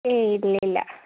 ഏയ് ഇല്ല ഇല്ല